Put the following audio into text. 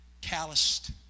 Calloused